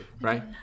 right